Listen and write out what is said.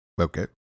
Okay